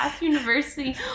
University